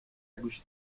گوشه